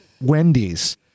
Wendy's